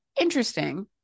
interesting